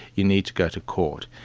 you need to go to court.